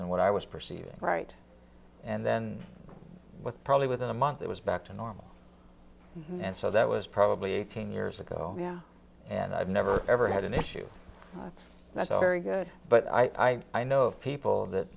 in what i was perceiving right and then probably within a month it was back to normal and so that was probably eighteen years ago yeah and i've never ever had an issue that's that's very good but i i know people that